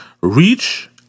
reach